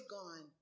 gone